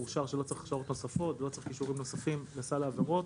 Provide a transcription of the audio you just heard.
אושר שלא צריך הכשרות נוספות ולא צריך כישורים נוספים לסל העבירות.